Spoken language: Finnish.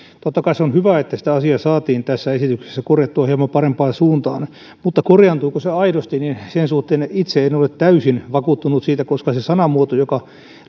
totta kai se on hyvä että sitä asiaa saatiin tässä esityksessä korjattua hieman parempaan suuntaan mutta korjaantuuko se aidosti sen suhteen itse en ole täysin vakuuttunut koska se sanamuoto joka